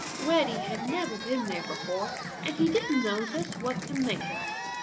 reddy had never been there before and he didn't know just what to make of it.